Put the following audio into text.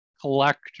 collector